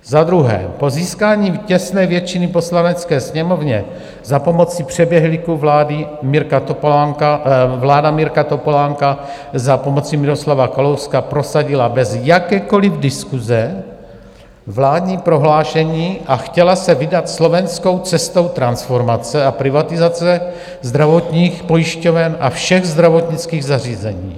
Za druhé, po získání těsné většiny v Poslanecké sněmovně za pomoci přeběhlíků vláda Mirka Topolánka za pomoci Miroslava Kalouska prosadila bez jakékoliv diskuse vládní prohlášení a chtěla se vydat slovenskou cestou transformace a privatizace zdravotních pojišťoven a všech zdravotnických zařízení.